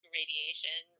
radiation